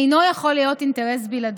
אינו יכול להיות אינטרס בלעדי.